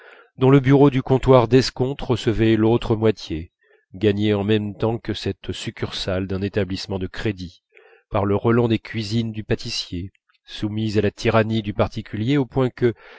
dont le bureau du comptoir d'escompte recevait l'autre moitié gagnée en même temps que cette succursale d'un établissement de crédit par le relent des cuisines du pâtissier soumise à la tyrannie du particulier au point que